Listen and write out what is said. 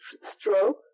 stroke